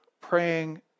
praying